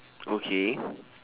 okay